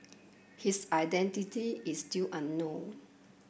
his identity is still unknown